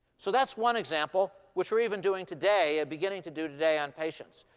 so that's one example, which we're even doing today, ah beginning to do today on patients.